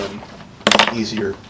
easier